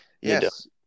Yes